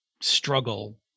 struggle